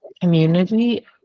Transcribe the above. community